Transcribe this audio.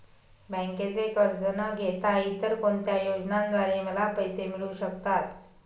बँकेचे कर्ज न घेता इतर कोणत्या योजनांद्वारे मला पैसे मिळू शकतात?